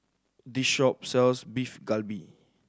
this shop sells Beef Galbi